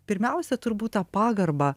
pirmiausia turbūt tą pagarbą